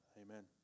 Amen